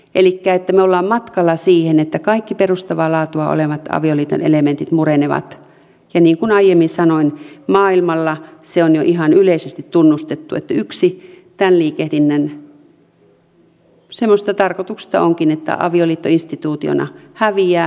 elikkä me olemme matkalla siihen että kaikki perustavaa laatua olevat avioliiton elementit murenevat ja niin kuin aiemmin sanoin maailmalla se on jo ihan yleisesti tunnustettu että yksi tämän liikehdinnän tarkoituksista onkin että avioliitto instituutiona häviää